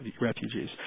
refugees